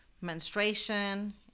menstruation